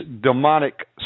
demonic